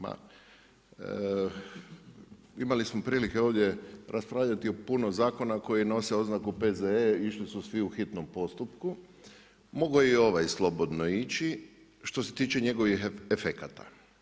Ma, imali smo prilike ovdje raspravljati o puno zakona koji nose oznaku P.Z.E., išli su svi u hitnom postupku, mogao je i ovaj slobodno ići što se tiče njegovih efekata.